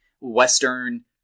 Western